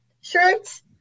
shirts